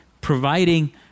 providing